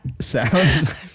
sound